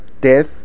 death